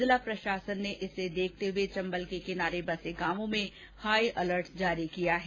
जिला प्रशासन ने इसे देखते हुए चंबल के किनारे बसे गांवों में हाई अलर्ट जारी किया है